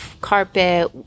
carpet